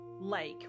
lake